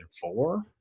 four